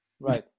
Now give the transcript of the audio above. right